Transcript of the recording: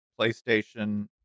PlayStation